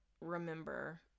remember